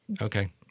okay